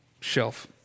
shelf